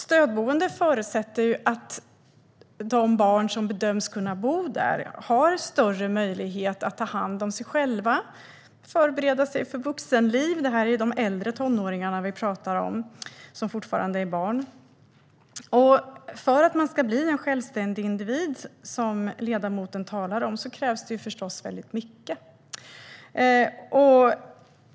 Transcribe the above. Stödboende förutsätter att de äldre tonåringar som fortfarande är barn som bedöms kunna bo där har större möjlighet att ta hand om sig själva och förbereda sig för vuxenlivet. För att man ska bli en självständig individ, som ledamoten talar om, krävs förstås väldigt mycket.